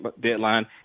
deadline